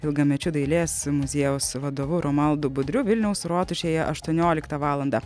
ilgamečiu dailės muziejaus vadovu romualdu budriu vilniaus rotušėje aštuonioliktą valandą